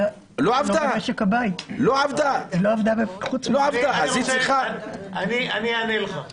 אז היא צריכה -- אני אענה לך.